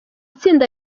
tsinda